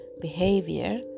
behavior